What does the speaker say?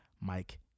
Mike